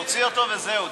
תוציא אותו וזהו.